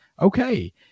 Okay